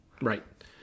Right